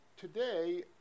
Today